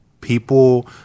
People